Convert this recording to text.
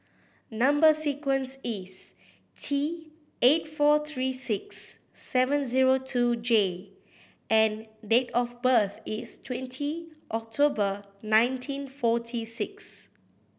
number sequence is T eight four three six seven zero two J and date of birth is twenty October nineteen forty six